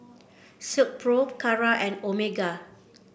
Silkpro Kara and Omega